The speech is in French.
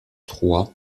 trois